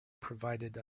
provided